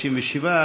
57,